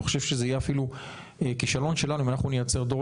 אני חושב שזה יהיה אפילו כישלון שלנו אם אנחנו נייצר דור